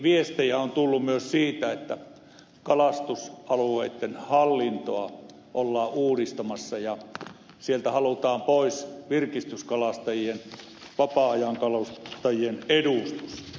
viestejä on tullut myös siitä että kalastusalueitten hallintoa ollaan uudistamassa ja sieltä halutaan pois virkistyskalastajien vapaa ajankalastajien edustus